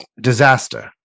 disaster